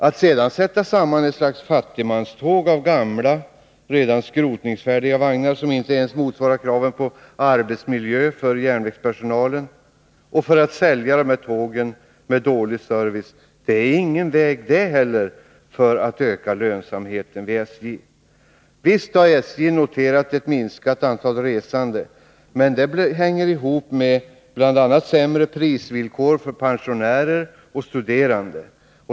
Att sätta samman ett slags fattigmanståg av gamla, redan skrotningsfärdiga vagnar, som inte ens motsvarar kraven på arbetsmiljö för järnvägspersonalen, för att sedan sälja dessa tågplatser med dålig service är inte heller någon väg att öka lönsamheten för SJ. Visst har SJ noterat ett minskat antal resande, men det hänger bl.a. ihop med de sämre prisvillkoren för pensionärer och studerande.